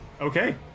Okay